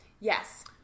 Yes